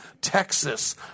Texas